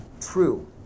true